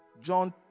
John